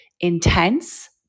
intense